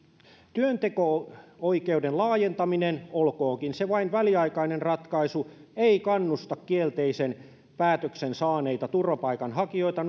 työnteko oikeuden laajentaminen olkoonkin se vain väliaikainen ratkaisu ei kannusta kielteisen päätöksen saaneita turvapaikanhakijoita